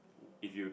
if you